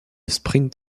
sprint